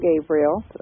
gabriel